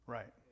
Right